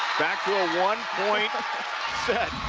back to a one-point set.